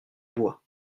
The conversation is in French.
bois